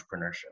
entrepreneurship